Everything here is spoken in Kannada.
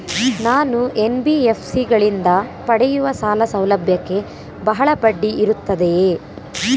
ನಾನು ಎನ್.ಬಿ.ಎಫ್.ಸಿ ಗಳಿಂದ ಪಡೆಯುವ ಸಾಲ ಸೌಲಭ್ಯಕ್ಕೆ ಬಹಳ ಬಡ್ಡಿ ಇರುತ್ತದೆಯೇ?